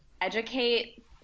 educate